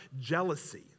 jealousy